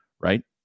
right